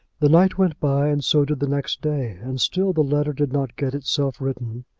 the night went by and so did the next day, and still the letter did not get itself written.